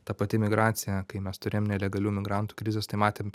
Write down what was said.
ta pati migracija kai mes turėjom nelegalių migrantų krizes tai matėm